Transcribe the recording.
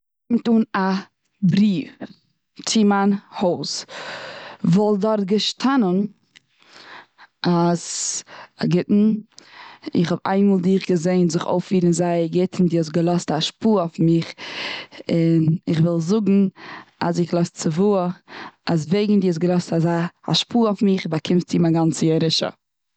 קומט אן א בריוו צו מיין הויז. וואלט דארט געשטאנען, אז. א גוטן, איך האב איינמאל דיך געזען זיך אויף פירן זייער גוט, און די האסט געלאזט א השפעה אויף מיך. און איך וויל זאגן, אז כ'לאז צוואה אז וועגן די האסט געלאזט אזא השפעה אויף מיך באקומסטו מיין גאנצע ירושה.